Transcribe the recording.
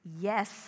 Yes